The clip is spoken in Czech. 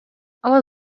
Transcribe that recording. ale